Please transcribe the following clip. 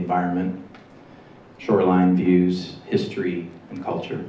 environment shoreline views history and culture